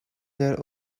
their